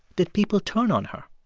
did people turn on her?